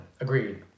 Agreed